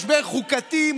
משבר חוקתי,